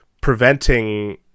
preventing